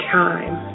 time